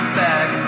back